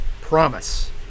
promise